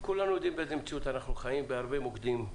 וכולנו יודעים באיזו מציאות אנחנו חיים בהרבה מוקדים.